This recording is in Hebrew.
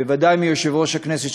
בוודאי מיושב-ראש הכנסת,